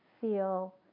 feel